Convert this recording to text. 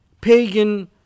pagan